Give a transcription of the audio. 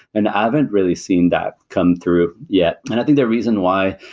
and i haven't really seen that come through yet. i think the reason why,